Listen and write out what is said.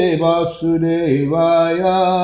vasudevaya